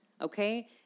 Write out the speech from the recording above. Okay